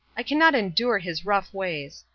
i cannot endure his rough ways.